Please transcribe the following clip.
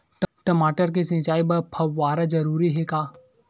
टमाटर के सिंचाई बर फव्वारा जरूरी हे का?